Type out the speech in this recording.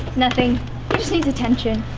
nothing. he just needs attention.